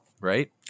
Right